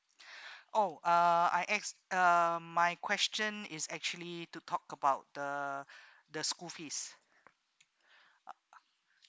oh uh I ex~ um my question is actually to talk about the the school fees uh